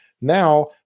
Now